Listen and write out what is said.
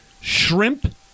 shrimp